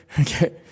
Okay